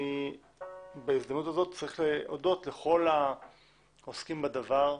בהזדמנות הזאת אני צריך להודות לכל העוסקים בדבר.